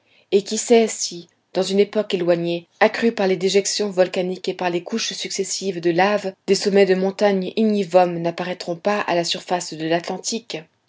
et qui sait si dans une époque éloignée accrus par les déjections volcaniques et par les couches successives de laves des sommets de montagnes ignivomes n'apparaîtront pas à la surface de l'atlantique